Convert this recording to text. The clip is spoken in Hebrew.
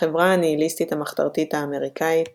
החברה הניהיליסטית המחתרתית האמריקאית